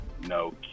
no